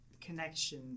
connection